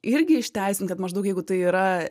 irgi išteisint kad maždaug jeigu tai yra